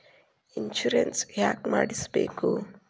Insurance ಯಾಕ್ ಮಾಡಿಸಬೇಕು?